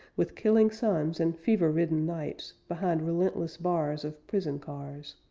with killing suns, and fever-ridden nights behind relentless bars of prison cars.